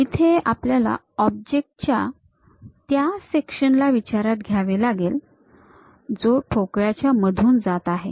इथे आपल्याला ऑब्जेक्ट च्या त्या सेक्शन ला विचारात घ्यावे लागेल जो ठोकळ्याच्या मधून जात आहे